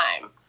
time